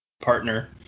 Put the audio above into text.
Partner